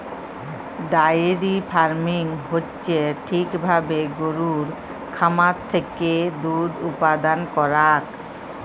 diary farming হচ্যে ঠিক ভাবে গরুর খামার থেক্যে দুধ উপাদান করাক